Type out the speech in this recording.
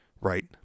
right